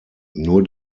nur